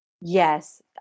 Yes